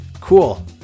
Cool